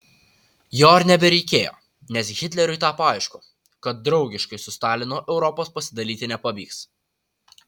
jo ir nebereikėjo nes hitleriui tapo aišku kad draugiškai su stalinu europos pasidalyti nepavyks